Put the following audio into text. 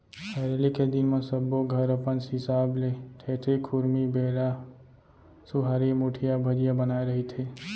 हरेली के दिन म सब्बो घर अपन हिसाब ले ठेठरी, खुरमी, बेरा, सुहारी, मुठिया, भजिया बनाए रहिथे